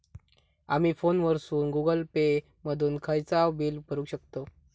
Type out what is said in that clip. आमी फोनवरसून Google Pay मधून खयचाव बिल भरुक शकतव